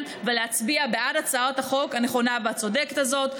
ולהצביע בעד הצעת החוק הנכונה והצודקת הזאת.